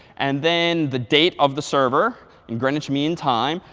and then the date of the server in greenwich mean time.